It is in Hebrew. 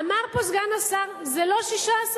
אמר פה סגן השר: זה לא 16%,